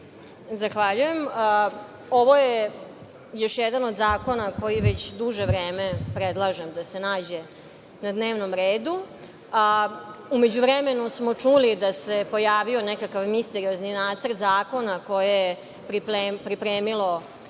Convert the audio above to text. Zahvaljujem. Ovo je još jedan od zakona koji već duže vreme predlažem da se nađe na dnevnom redu, a u međuvremenu smo čuli da se pojavio nekakav misteriozni nacrt zakona koji je pripremilo